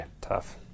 tough